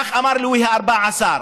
כך אמר לואי ה-14,